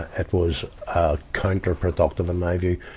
it was, ah, counter-productive in my view.